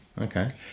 Okay